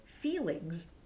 feelings